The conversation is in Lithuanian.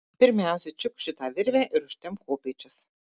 pirmiausia čiupk šitą virvę ir užtempk kopėčias